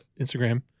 Instagram